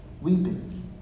weeping